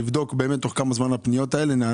לבדוק תוך כמה זמן נענות הפניות האלה.